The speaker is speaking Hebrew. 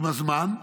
ועם הזמן,